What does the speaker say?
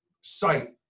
sight